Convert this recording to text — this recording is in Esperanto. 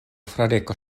fradeko